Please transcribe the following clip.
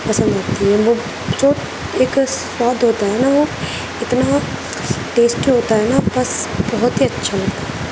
پسند ہوتی ہیں وہ جو ایک سواد ہوتا ہے نا وہ اتنا ٹیسٹی ہوتا ہے نا بس بہت ہی اچھا لگتا